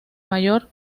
mayor